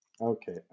Okay